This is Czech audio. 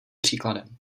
příkladem